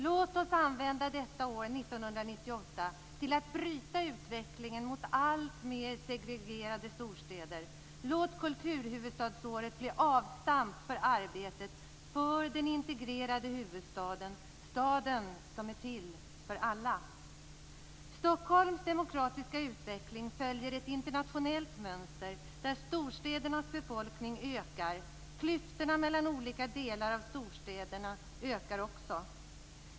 Låt oss använda detta år, 1998, till att bryta utvecklingen mot alltmer segregerade storstäder! Låt kulturhuvudstadsåret bli avstamp för arbetet med den integrerade huvudstaden, staden som är till för alla! Stockholms demokratiska utveckling följer ett internationellt mönster där storstädernas befolkning ökar. Klyftorna mellan olika delar i storstäderna ökar också.